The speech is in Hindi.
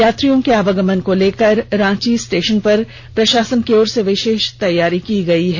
यात्रियों के आवागमन को लेकर रांची स्टेशन पर प्रशासन की ओर से विशेष तैयारी की गयी है